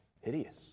hideous